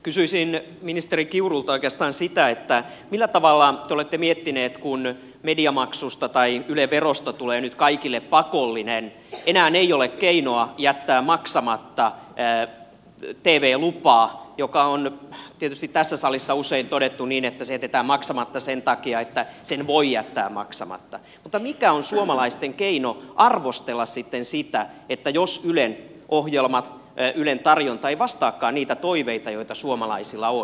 kysyisin ministeri kiurulta oikeastaan sitä mitä te olette miettinyt kun mediamaksusta tai yle verosta tulee nyt kaikille pakollinen enää ei ole keinoa jättää maksamatta tv lupaa mistä on tietysti tässä salissa usein todettu että se jätetään maksamatta sen takia että sen voi jättää maksamatta mikä on suomalaisten keino arvostella sitten sitä jos ylen ohjelmat ylen tarjonta eivät vastaakaan niitä toiveita joita suomalaisilla on